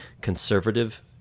conservative